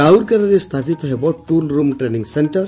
ରାଉରକେଲାରେ ସ୍ଥାପିତ ହେବ ଟୁଲ୍ ରୁମ୍ ଟ୍ରେନିଙ୍ଗ୍ ସେକ୍କର